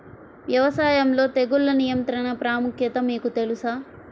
వ్యవసాయంలో తెగుళ్ల నియంత్రణ ప్రాముఖ్యత మీకు తెలుసా?